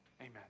amen